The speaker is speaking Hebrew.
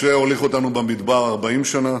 משה הוליך אותנו במדבר 40 שנה,